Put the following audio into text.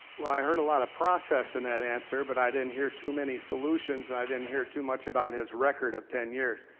well i heard a lot of process in that answer, but i didn't hear too many solutions and i didn't hear too much about his record of ten years.